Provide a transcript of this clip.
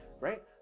right